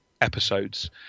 episodes